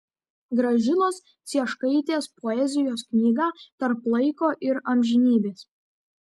gražinos cieškaitės poezijos knygą tarp laiko ir amžinybės